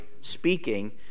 speaking